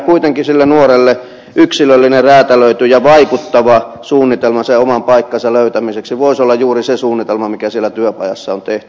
kuitenkin sille nuorelle yksilöllinen räätälöity ja vaikuttava suunnitelma oman paikkansa löytämiseksi voisi olla juuri se suunnitelma mikä siellä työpajassa on tehty